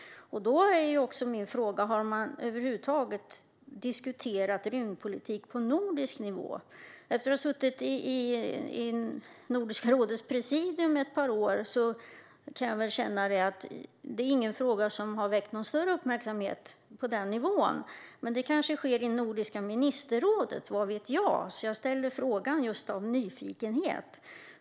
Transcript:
Min fråga blir därför: Har man över huvud taget diskuterat rymdpolitik på nordisk nivå? Jag har suttit i Nordiska rådets presidium ett par år, och denna fråga har inte fått någon större uppmärksamhet på denna nivå. Men det kanske den har i Nordiska ministerrådet, vad vet jag? Jag ställer frågan av ren nyfikenhet.